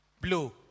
blue